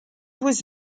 was